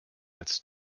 als